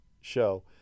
show